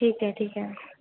ठीक आहे ठीक आहे